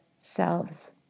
selves